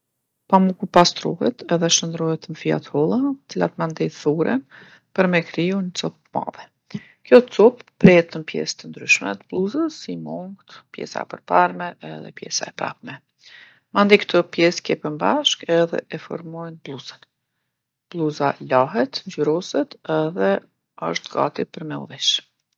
Pamuku pastrohet edhe shëndrrohet n'fija t'holla, cilat mandej thurren për me kriju ni copë t'madhe. Kjo copë prehet n'pjesë të ndryshme t'blluzës, si mongtë, pjesa përparme edhe pjesa e prapme. Mandej kto pjesë kepen bashkë edhe e formojnë blluzen. Blluza lahet, ngjyroset edhe asht gati për me u veshë.